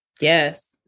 Yes